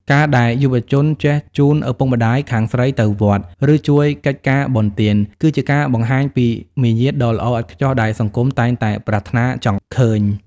ការដែលយុវជនចេះ "ជូនឪពុកម្ដាយខាងស្រីទៅវត្ត" ឬជួយកិច្ចការបុណ្យទាន គឺជាការបង្ហាញពីមារយាទដ៏ល្អឥតខ្ចោះដែលសង្គមតែងតែប្រាថ្នាចង់ឃើញ។